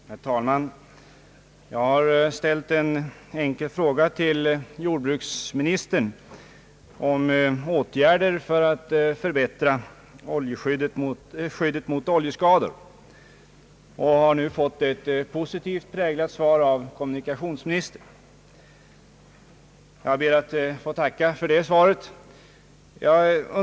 Herr talman! Jag har ställt en enkel fråga till jordbruksministern om åtgärder för att förbättra skyddet mot oljeskador och har nu fått ett positivt präglat svar av kommunikationsministern. Jag ber att få tacka för det svaret.